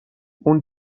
اون